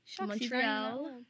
Montreal